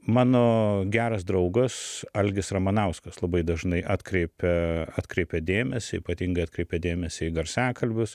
mano geras draugas algis ramanauskas labai dažnai atkreipia atkreipia dėmesį ypatingai atkreipia dėmesį į garsiakalbius